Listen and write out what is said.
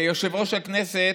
יושב-ראש הכנסת,